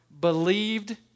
believed